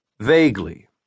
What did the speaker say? Vaguely